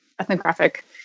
ethnographic